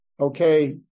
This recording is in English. Okay